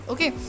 Okay